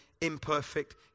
imperfect